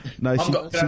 No